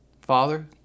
Father